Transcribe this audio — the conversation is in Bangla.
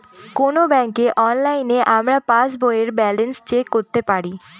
কোনো ব্যাঙ্কে অনলাইনে আমরা পাস বইয়ের ব্যালান্স চেক করতে পারি